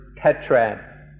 tetrad